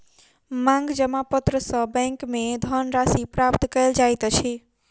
मांग जमा पत्र सॅ बैंक में धन राशि प्राप्त कयल जाइत अछि